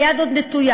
והיד עוד נטויה,